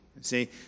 see